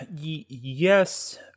Yes